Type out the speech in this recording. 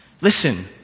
Listen